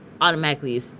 automatically